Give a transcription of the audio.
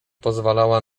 pozwalała